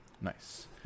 Nice